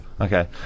Okay